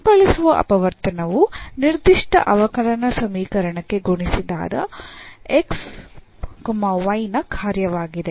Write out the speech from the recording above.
ಅನುಕಲಿಸುವ ಅಪವರ್ತನವು ನಿರ್ದಿಷ್ಟ ಅವಕಲನ ಸಮೀಕರಣಕ್ಕೆ ಗುಣಿಸಿದಾಗ x y ನ ಕಾರ್ಯವಾಗಿದೆ